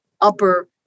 upper